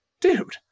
Dude